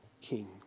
king